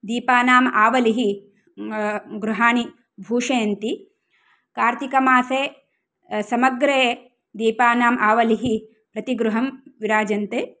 दीपानाम् आवलिः गृहाणि भूषयति कार्तिकमासे समग्रे दीपानाम् आवलिः प्रतिगृहं विराजते